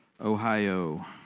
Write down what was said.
Ohio